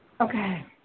Okay